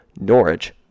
Norwich